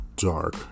dark